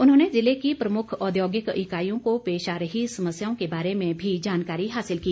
उन्होंने जिले की प्रमुख औद्योगिक इकाईयों को पेश आ रही समस्याओं के बारे में भी जानकारी हासिल की